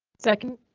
second.